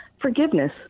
Forgiveness